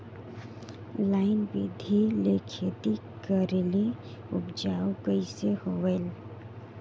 Line बिधी ले खेती करेले उपजाऊ कइसे होयल?